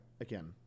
Again